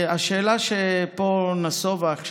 השאלה שפה עולה עכשיו